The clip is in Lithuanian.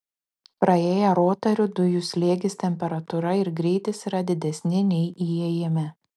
praėję rotorių dujų slėgis temperatūra ir greitis yra didesni nei įėjime